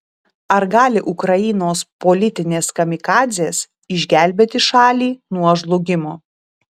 ar gali ukrainos politinės kamikadzės išgelbėti šalį nuo žlugimo